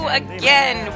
again